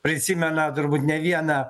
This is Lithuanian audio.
prisimena turbūt ne vieną